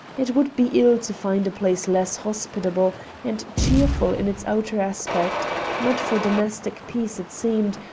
it would be ill to find a place less hospitable and cheerful in its outer aspect not for domestic peace it seemed,